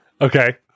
Okay